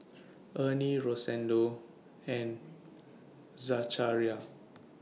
Ernie Rosendo and Zachariah